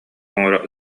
оҥоро